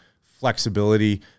flexibility